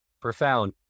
profound